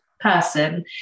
person